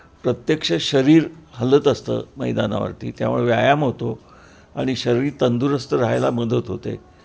प्रत्यक्ष शरीर हलत असतं मैदानावरती त्यामुळे व्यायाम होतो आणि शरीर तंदुरुस्त राहायला मदत होते